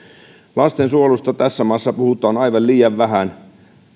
lastensuojelusta tässä maassa puhutaan aivan liian vähän